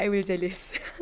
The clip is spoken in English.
I will jealous